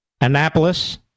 Annapolis